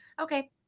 Okay